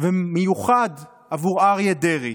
ומיוחד עבור אריה דרעי.